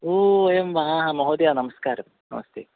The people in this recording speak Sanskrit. ओ एवं वा महोदय नमस्कारं नमस्ते